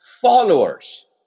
followers